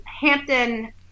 Hampton